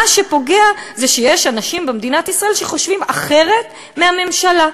מה שפוגע זה שיש אנשים במדינת ישראל שחושבים אחרת מהממשלה.